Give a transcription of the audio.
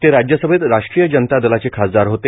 ते राज्यसभैत राष्ट्रीय जनता दलाचे खासदार होते